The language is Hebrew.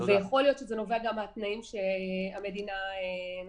יכול להיות שזה נובע גם מהתנאים שהמדינה נתנה.